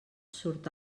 surt